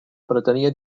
pretenia